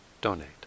donate